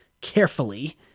carefully